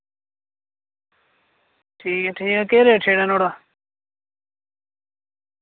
ठीक ऐ ठीक ऐ केह् रेट शेट ऐ नुआढ़ा